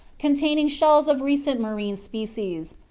containing shells of recent marine species,